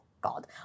God